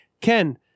Ken